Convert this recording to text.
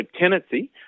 tenancy